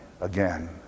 again